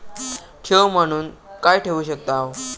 ठेव म्हणून काय ठेवू शकताव?